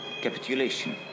capitulation